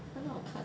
很好看